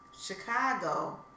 Chicago